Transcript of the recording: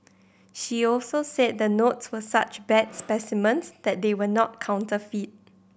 she also said the notes were such bad specimens that they were not counterfeit